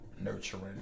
nurturing